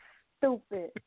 stupid